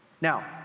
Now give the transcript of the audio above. Now